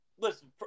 listen